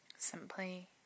simply